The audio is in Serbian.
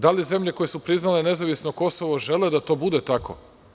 Da li zemlje koje su priznale nezavisno Kosovo žele da to bude tako?